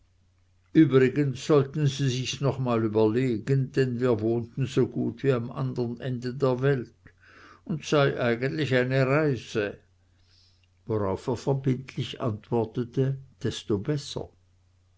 übrigens sollten sie sich's noch mal überlegen denn wir wohnten so gut wie am andern ende der welt und sei eigentlich eine reise worauf er verbindlich antwortete desto besser